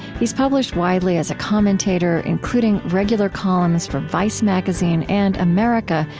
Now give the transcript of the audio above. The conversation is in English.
he's published widely as a commentator, including regular columns for vicemagazine and america,